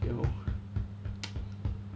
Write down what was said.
ya lor